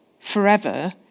forever